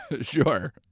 Sure